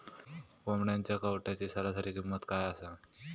कोंबड्यांच्या कावटाची सरासरी किंमत काय असा?